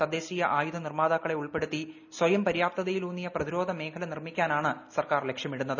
തദ്ദേശീയ ആയുധ നിർമാതാക്കാളെ ഉൾപ്പെടുത്തി സ്വയംപര്യാപ്തതയിലൂന്നിയ പ്രതിരോധ മേഖല നിർമ്മിക്കാനാണ് സർക്കാർ ലക്ഷ്യമിടുന്നത്